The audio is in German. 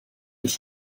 ich